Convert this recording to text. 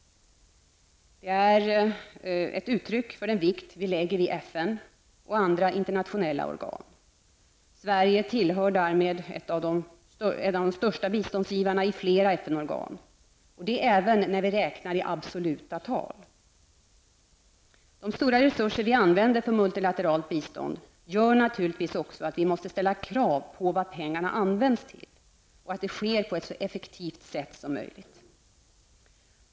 Det är ett uttryck för den vikt vi lägger vid FN och andra internationella organ. Sverige hör därmed till en av de största bidragsgivarna i flera FN-organ, även räknat i absoluta tal. De stora resurser vi använder för multilateralt bistånd gör naturligtvis också att vi måste ställa krav på att pengarna används på effektivast möjliga sätt.